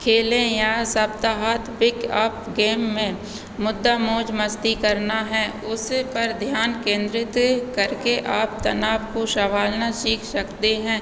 खेलें या साप्ताहिक आप गेम में मुद्दा मौज मस्ती करना है उस पर ध्यान केंद्रित करके आप तनाव को संभलना सीख सकते हैं